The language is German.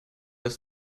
das